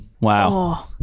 Wow